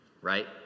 right